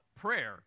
prayer